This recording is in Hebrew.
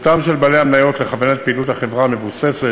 זכותם של בעלי המניות לכוון את פעילות החברה מבוססת